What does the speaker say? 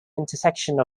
intersection